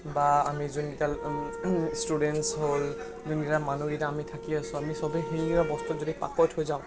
বা আমি যোনকেইটা ষ্টুডেণ্টছ হ'ল যোনকেইটা মানুহ আমি থাকি আছোঁ আমি সবে সেইকেইটা বস্তুত যদি পাকৈত হৈ যাওঁ